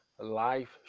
Life